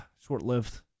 short-lived